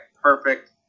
perfect